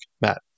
Matt